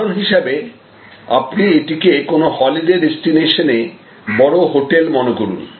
উদাহরণ হিসেবে আপনি এটিকে কোনো হলিডে ডেস্টিনেশনে বড় হোটেল মনে করুন